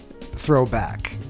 throwback